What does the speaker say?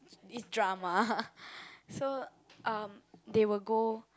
it's drama so uh they will go